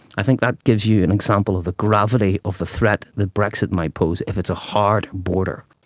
i think that gives you an example of the gravity of the threat that brexit might pose if it's a hard border.